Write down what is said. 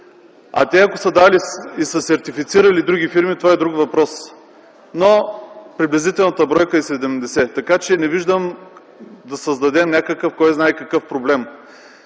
Те ако са сертифицирали други фирми, това е друг въпрос, но приблизителната бройка е 70, така че не виждам да създадем някакъв кой знае какъв проблем.